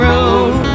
Road